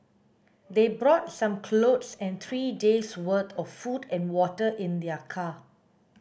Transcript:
they brought some clothes and three days' worth of food and water in their car